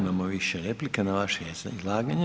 Imamo više replika na vaše izlaganje.